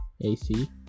AC